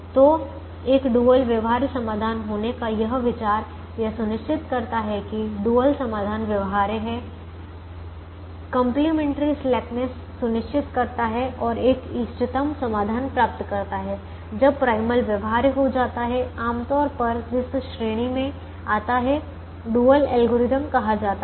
तो एक डुअल व्यवहार्य समाधान होने का यह विचार यह सुनिश्चित करता है कि डुअल समाधान व्यवहार्य है कंप्लीमेंट्री स्लेकनेस सुनिश्चित करता है और एक इष्टतम समाधान प्राप्त करता है जब प्राइमल व्यवहार्य हो जाता है आम तौर पर जिस श्रेणी में आता है डुअल एल्गोरिदम कहा जाता है